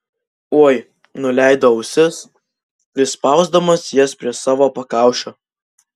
oi nuleido ausis prispausdamas jas prie savo pakaušio